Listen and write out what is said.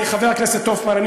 חבר הכנסת הופמן,